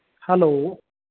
hello